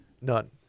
None